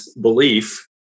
belief